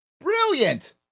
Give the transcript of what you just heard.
Brilliant